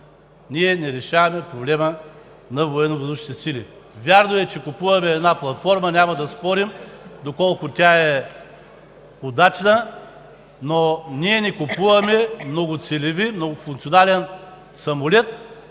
ние не решаваме проблема на Военновъздушните сили. Вярно е, че купуваме една платформа, няма да спорим доколко тя е удачна, но ние не купуваме многоцелеви, многофункционален самолет,